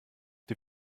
die